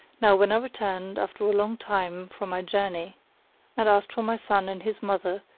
now when i returned after a long time from my journey and asked for my son and his mother,